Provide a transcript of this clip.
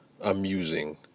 amusing